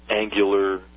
angular